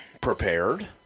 prepared